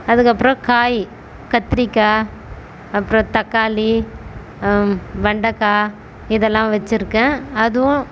அதுக்கப்புறம் காய் கத்திரிக்காய் அப்புறம் தக்காளி வெண்டக்காய் இதெல்லாம் வச்சுருக்கேன் அதுவும்